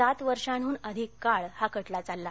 सात वर्षाहून अधिक काळ हा खटला चालला